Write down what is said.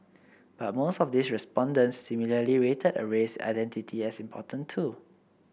but most of these respondents similarly rated a race identity as important too